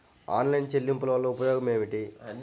Online చెల్లింపుల వల్ల ఉపయోగమేమిటీ?